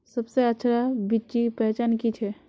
सबसे अच्छा बिच्ची पहचान की छे?